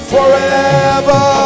Forever